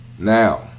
now